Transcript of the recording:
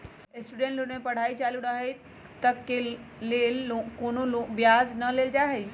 student loan में पढ़ाई चालू रहइत तक के लेल कोनो ब्याज न लेल जाइ छइ